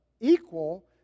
equal